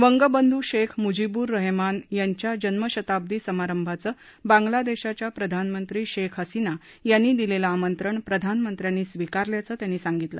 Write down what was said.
बंग बंध् शेख मुझीबूर रहमान याच्या जन्म शताब्दी समारंभाचं बांगला देशाच्या प्रधानमंत्री शेख हसीना यांनी दिलेलं आमंत्रण प्रधानमंत्र्यांनी स्वीकारल्याचं त्यांनी सांगितलं